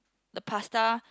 the pasta